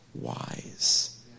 wise